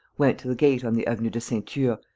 went to the gate on the avenue de ceinture,